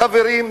לחברים,